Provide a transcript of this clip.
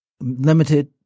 limited